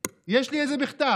יש לי את זה בכתב.